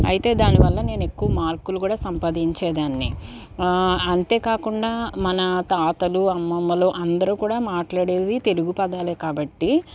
అయితే దానివల్ల నేను ఎక్కువ మార్కులు కూడా సంపాదించేదాన్ని అంతే కాకుండా మన తాతలు అమ్మమ్మలు అందరు కూడా మాట్లాడేది తెలుగు పదాలే కాబట్టి